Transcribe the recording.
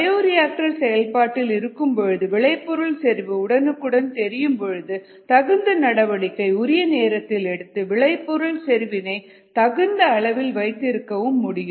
bioreactor செயல்பாட்டில் இருக்கும் பொழுது விளைபொருள் செறிவு உடனுக்குடன் தெரியும் பொழுது தகுந்த நடவடிக்கை உரிய நேரத்தில் எடுத்து விளைபொருள் செறிவினை தகுந்த அளவில் வைத்திருக்க முடியும்